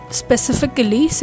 specifically